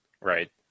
right